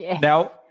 Now